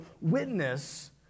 witness